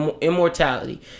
immortality